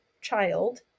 child